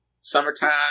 summertime